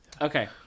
Okay